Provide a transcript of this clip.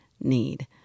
need